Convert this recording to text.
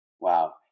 Wow